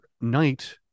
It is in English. night